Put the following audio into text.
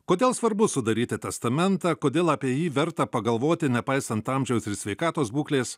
kodėl svarbu sudaryti testamentą kodėl apie jį verta pagalvoti nepaisant amžiaus ir sveikatos būklės